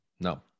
no